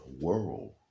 world